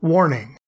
Warning